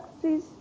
please